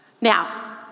Now